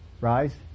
Rise